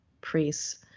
priests